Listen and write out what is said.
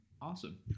awesome